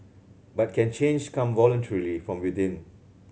but can change come voluntarily from within